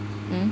eh